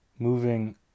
Moving